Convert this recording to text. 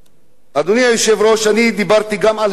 אדוני היושב-ראש, דיברתי גם על הפערים.